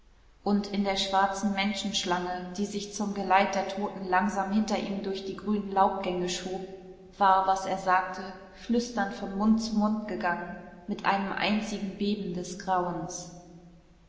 und in der schwarzen menschenschlange die sich zum geleit der toten langsam hinter ihm durch die grünen laubgänge schob war was er sagte flüsternd von mund zu mund gegangen mit einem einzigen beben des grauens